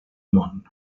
món